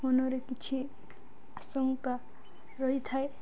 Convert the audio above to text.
ମନରେ କିଛି ଆଶଙ୍କା ରହିଥାଏ